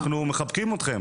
אנחנו מחבקים אתכם.